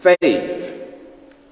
faith